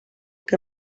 que